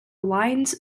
lines